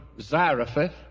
Zarephath